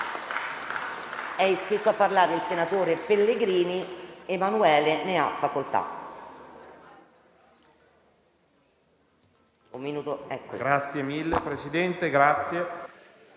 È iscritto a parlare il senatore Pellegrini Emanuele. Ne ha facoltà.